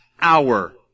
hour